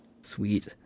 Sweet